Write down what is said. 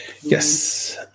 Yes